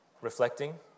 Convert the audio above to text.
reflecting